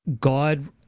God